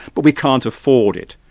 but we can't afford it.